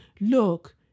look